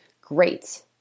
great